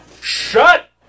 Shut